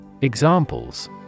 Examples